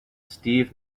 steve